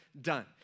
done